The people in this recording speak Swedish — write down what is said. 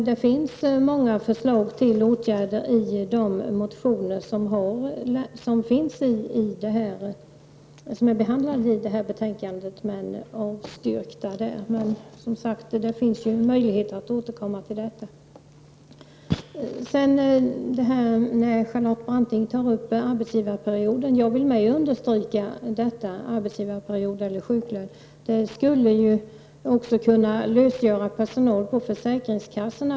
Det finns många förslag till åtgärder i de motioner som behandlas i betänkandet men som avstyrks. Men det finns ju som sagt en möjlighet att återkomma till denna fråga. Charlotte Branting tar upp arbetsgivarperioden. Även jag vill understryka att införandet av en arbetsgivarperiod eller sjuklön skulle kunna lösgöra personal på försäkringskassorna.